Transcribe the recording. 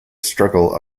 struggle